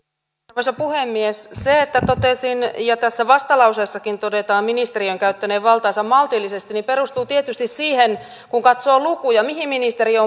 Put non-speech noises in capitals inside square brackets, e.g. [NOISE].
arvoisa puhemies se että totesin ja tässä vastalauseessakin todetaan ministeriön käyttäneen valtaansa maltillisesti perustuu tietysti siihen että katsoo lukuja mihin ministeriö [UNINTELLIGIBLE]